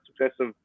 successive